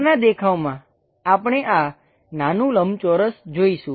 ઉપરનાં દેખાવમાં આપણે આ નાનું લંબચોરસ જોઈશું